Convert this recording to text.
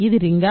ఇది రింగా